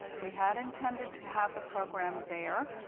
we had intended to have the program there,